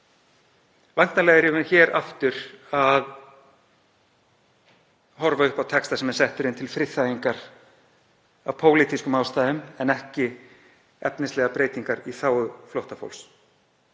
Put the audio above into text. Væntanlega erum við hér aftur að horfa upp á texta sem er settur inn til friðþægingar af pólitískum ástæðum en ekki efnislegar breytingar í þágu flóttafólks.